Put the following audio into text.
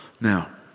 Now